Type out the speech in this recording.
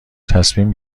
تصمیم